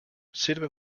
sirve